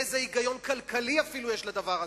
איזה היגיון כלכלי אפילו יש לזה?